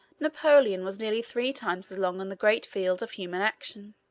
napoleon was nearly three times as long on the great field of human action.